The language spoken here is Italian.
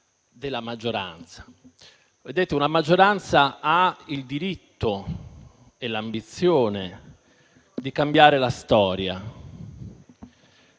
della maggioranza. Una maggioranza ha il diritto e l'ambizione di cambiare la storia,